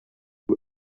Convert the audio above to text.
true